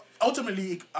Ultimately